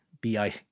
B-I-